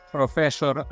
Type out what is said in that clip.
professor